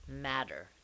matter